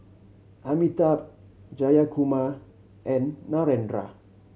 Amitabh Jayakumar and Narendra